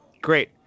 great